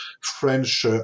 French